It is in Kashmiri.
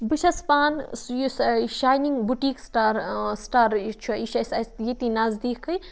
بہٕ چھَس پانہٕ سُہ یُس شاینِنٛگ بُٹیٖک سٕٹار سٕٹار یہِ چھُ یہِ چھِ اَسہِ اَسہِ ییٚتی نزدیٖکٕے